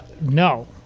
no